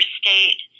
state